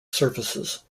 services